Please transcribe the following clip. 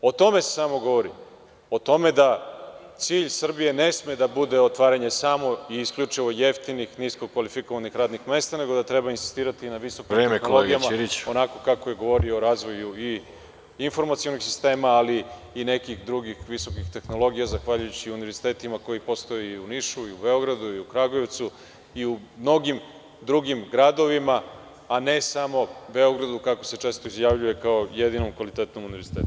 O tome se samo govori, o tome da cilj Srbije ne sme da bude otvaranje i isključivo jeftinih i nisko kvalifikovanih radnih mesta nego da treba insistirati na visokim vrednostima, onako kako je govorio o razvoju i informacionih sistema ali i nekih drugih visokih tehnologija zahvaljujući univerzitetima koji postoje i u Nišu, i u Beogradu, i u Kragujevcu i u mnogim drugim gradovima, a ne samo u Beogradu kako se često izjavljuje, kao jedinom kvalitetnom univerzitetu.